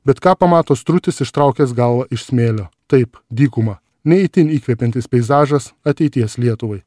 bet ką pamato strutis ištraukęs galvą iš smėlio taip dykumą ne itin įkvepiantis peizažas ateities lietuvai